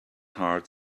heart